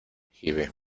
give